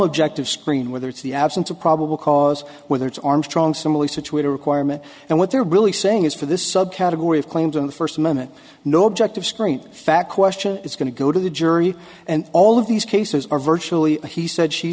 objective screen whether it's the absence of probable cause whether it's armstrong similarly situated requirement and what they're really saying is for this subcategory of claims in the first moment no objective screen fact question it's going to go to the jury and all of these cases are virtually a he said she